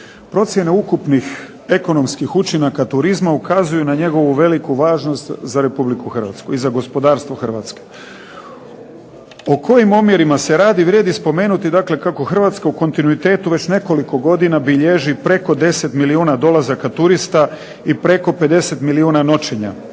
Procjene ukupnih ekonomskih učinaka turizma ukazuju na njegovu veliku važnost za Republiku Hrvatsku i za gospodarstvo Hrvatske. O kojim omjerima se radi, vrijedi spomenuti kako Hrvatska u kontinuitetu već nekoliko godina bilježi preko 10 milijuna dolazaka turista i preko 50 milijuna noćenja,